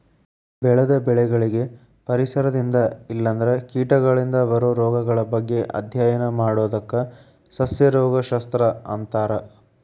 ಬೆಳೆದ ಬೆಳಿಗಳಿಗೆ ಪರಿಸರದಿಂದ ಇಲ್ಲಂದ್ರ ಕೇಟಗಳಿಂದ ಬರೋ ರೋಗಗಳ ಬಗ್ಗೆ ಅಧ್ಯಯನ ಮಾಡೋದಕ್ಕ ಸಸ್ಯ ರೋಗ ಶಸ್ತ್ರ ಅಂತಾರ